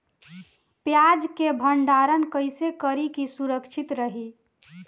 प्याज के भंडारण कइसे करी की सुरक्षित रही?